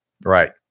Right